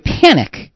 panic